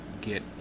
get